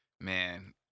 Man